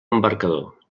embarcador